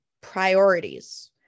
priorities